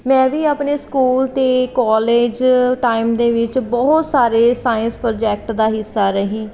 ਮੈਂ ਵੀ ਆਪਣੇ ਸਕੂਲ ਅਤੇ ਕੋਲੇਜ ਟਾਈਮ ਦੇ ਵਿੱਚ ਬਹੁਤ ਸਾਰੇ ਸਾਇੰਸ ਪ੍ਰੋਜੈਕਟ ਦਾ ਹਿੱਸਾ ਰਹੀ